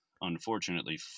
unfortunately